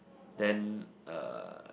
then uh